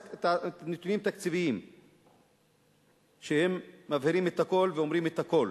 הנתונים התקציביים מבהירים את הכול ואומרים את הכול: